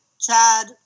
Chad